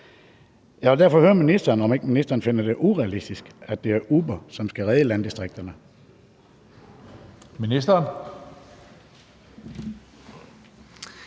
Jeg vil derfor høre ministeren, om ikke ministeren finder det urealistisk, at det er Uber, som skal redde landdistrikterne.